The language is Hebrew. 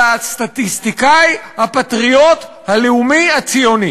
אלא "הסטטיסטיקאי הפטריוט הלאומי הציוני".